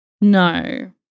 No